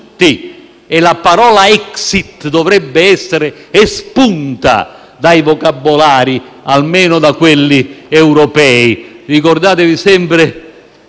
e la parola «*exit*» dovrebbe essere espunta dai vocabolari, almeno da quelli europei. Ricordate sempre